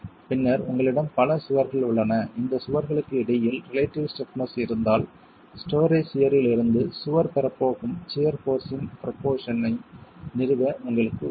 பின்னர் உங்களிடம் பல சுவர்கள் உள்ளன இந்த சுவர்களுக்கு இடையில் ரிலேட்டிவ் ஸ்டிப்னஸ் இருந்தால் ஸ்டோரே சியர் இல் இருந்து சுவர் பெறப் போகும் சியர் போர்ஸ் இன் ப்ரோபோர்சன் ஐ நிறுவ உங்களுக்கு உதவும்